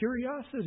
curiosity